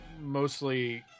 mostly